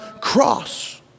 cross